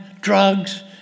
drugs